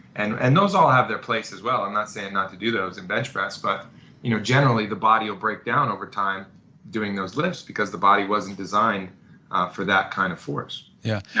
and and those all have their place as well, i'm not saying not to do those and bench press, but you know generally, the body will break down over time doing those lifts because the body wasn't designed for that kind of force yeah. yeah